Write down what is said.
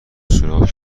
سوراخ